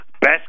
Best